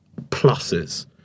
pluses